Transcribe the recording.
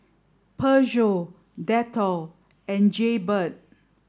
Peugeot Dettol and Jaybird